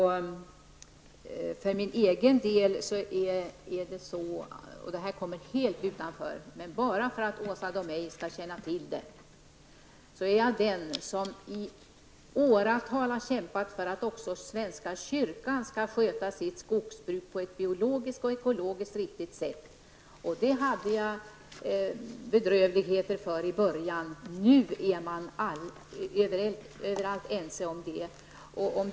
Även om det ligger helt utanför interpellationen vill jag tala om för Åsa Domeij att jag är den som i åratal har kämpat för att också svenska kyrkan skall sköta sitt skogsbruk på ett biologiskt och ekologiskt riktigt sätt. Det fick jag utstå mycket kritik för i början, men nu är man på alla håll ense om den saken.